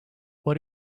what